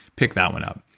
pick that one up.